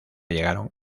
llegaron